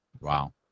Wow